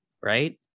right